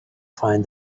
find